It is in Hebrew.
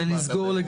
הייתה סגר.